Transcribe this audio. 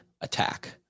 attack